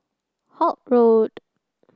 Holt Road